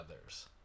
others